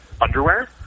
underwear